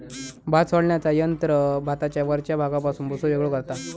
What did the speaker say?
भात सोलण्याचा यंत्र भाताच्या वरच्या भागापासून भुसो वेगळो करता